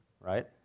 right